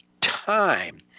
Time